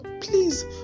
Please